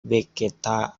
vegetaĵaro